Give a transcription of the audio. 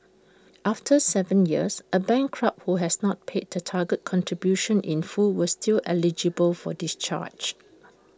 after Seven years A bankrupt who has not paid the target contribution in full will still eligible for discharge